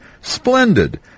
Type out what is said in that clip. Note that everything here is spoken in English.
Splendid